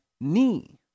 knee